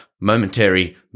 momentary